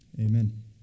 amen